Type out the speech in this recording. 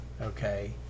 okay